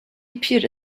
appeared